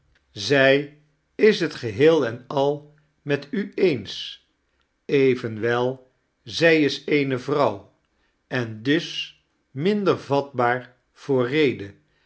zij is t geheel en al met u eens evenwel zij is eewe vrouw em dus minder vatbaar voor rede